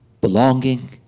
belonging